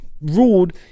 ruled